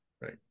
Right